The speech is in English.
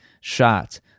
shot